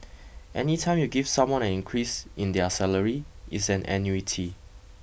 any time you give someone an increase in their salary it's an annuity